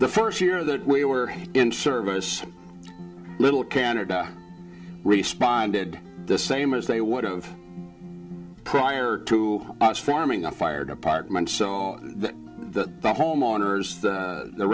the first year that we were in service little canada responded the same as they would have prior to us forming a fire department so that the homeowners